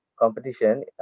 competition